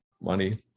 money